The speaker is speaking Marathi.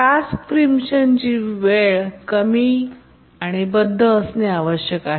टास्क प्रीमप्शन वेळ कमी आणि बद्ध असणे आवश्यक आहे